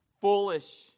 foolish